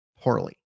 poorly